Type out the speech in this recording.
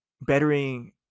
bettering